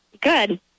good